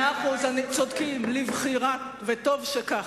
מאה אחוז, צודקים, לבחירה, וטוב שכך.